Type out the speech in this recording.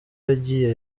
yagiye